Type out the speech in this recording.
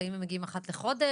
האם הן מגיעות אחת לחודש,